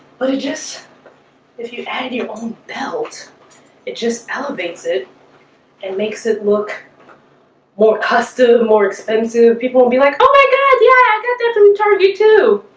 but it just if you had your own belt it just elevates it and makes it look more custom orcs and zoo people will be like, oh my god. yeah. i got definitely tard you too,